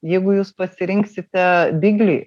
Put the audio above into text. jeigu jūs pasirinksite biglį